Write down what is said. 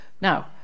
Now